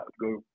go